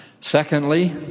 Secondly